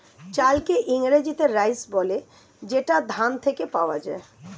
চালকে ইংরেজিতে রাইস বলে যেটা ধান থেকে পাওয়া যায়